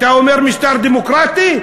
אתה אומר "משטר דמוקרטי"?